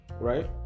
right